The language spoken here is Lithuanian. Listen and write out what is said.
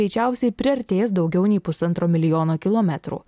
greičiausiai priartės daugiau nei pusantro milijono kilometrų